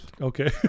Okay